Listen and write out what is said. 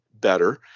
better